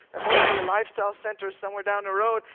ah hopefully a lifestyle centre somewhere down the road,